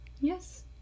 Yes